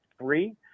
three